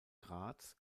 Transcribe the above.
graz